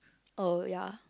oh ya